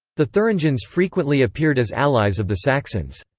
the thuringians frequently appeared as allies of the saxons.